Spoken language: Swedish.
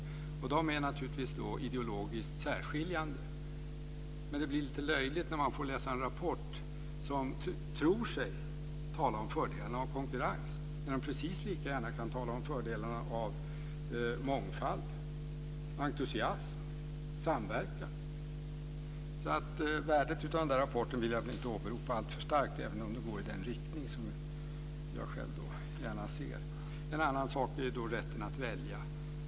De är naturligtvis ideologiskt särskiljande. Det blir lite löjligt när vi får läsa en rapport där man tror sig tala om fördelarna med konkurrens, när man precis lika gärna kan tala om fördelarna av mångfald, entusiasm och samverkan. Värdet av rapporten vill jag inte åberopa alltför starkt, även om den går i den riktning som jag själv gärna ser. En annan sak är rätten att välja.